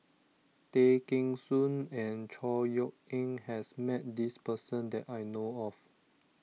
Tay Kheng Soon and Chor Yeok Eng has met this person that I know of